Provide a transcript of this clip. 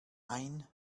ein